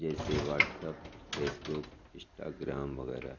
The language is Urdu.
جیسے واٹسپ فیس بک انسٹاگرام وغیرہ